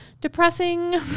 depressing